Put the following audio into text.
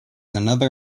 another